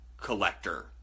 collector